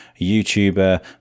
YouTuber